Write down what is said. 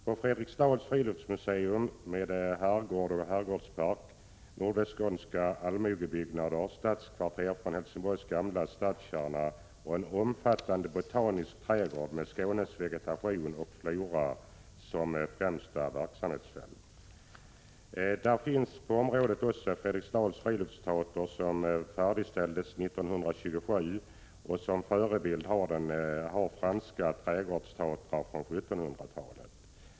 På Fredriksdals friluftsmuseum med herrgård och herrgårdspark finns några skånska allmogebyggnader och stadskvarter från Helsingborgs gamla stadskärna samt en omfattande botanisk trädgård med Skånes vegetation och flora som främsta verksamhetsfält. På området finns också Fredriksdals friluftsteater, som färdigställdes 1927 och som förebild har franska trädgårdsteatrar från 1700-talet.